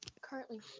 currently